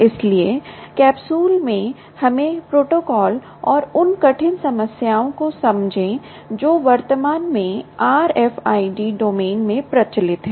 इसलिए कैप्सूल में हमें प्रोटोकॉल और उन कठिन समस्याओं को समझें जो वर्तमान में RFID डोमेन में प्रचलित हैं